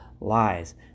lies